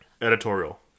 editorial